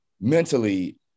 mentally